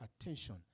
attention